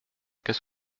qu’est